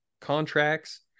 contracts